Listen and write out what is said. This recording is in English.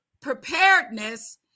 preparedness